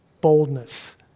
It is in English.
boldness